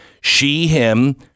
she-him